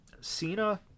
Cena